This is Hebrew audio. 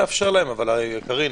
קארין,